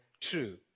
true